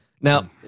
Now